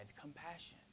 compassion